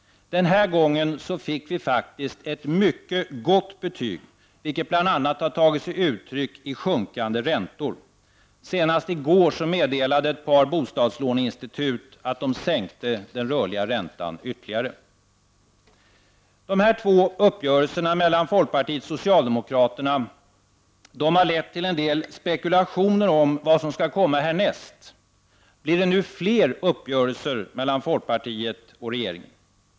Den här gången fick vi ett mycket gott betyg, vilket bl.a. har tagit sig uttryck i sjunkande räntor. Senast i går meddelade ett par bostadslåneinstitut att de sänkte den rörliga räntan ytterligare. Dessa två uppgörelser mellan folkpartiet och socialdemokraterna har lett till en del spekulationer om vad som skall komma härnäst. Blir det nu fler uppgörelser mellan folkpartiet och regeringen?